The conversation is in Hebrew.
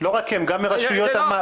לא רק הם אלא גם רשויות המס.